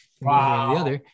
Wow